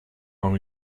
are